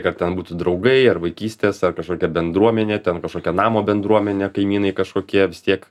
ar ten būtų draugai ar vaikystės ar kažkokia bendruomenė ten kažkokia namo bendruomenė kaimynai kažkokie vis tiek